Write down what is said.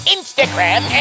Instagram